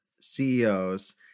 CEOs